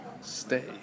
stay